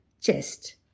chest